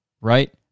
right